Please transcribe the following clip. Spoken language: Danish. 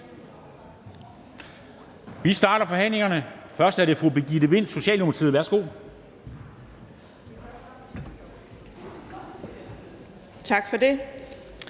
Vi starter forhandlingerne. Først er det fru Birgitte Vind, Socialdemokratiet. Værsgo. Kl.